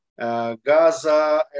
Gaza